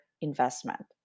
investment